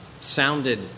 sounded